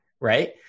right